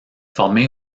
formé